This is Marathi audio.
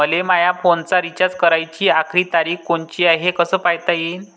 मले माया फोनचा रिचार्ज कराची आखरी तारीख कोनची हाय, हे कस पायता येईन?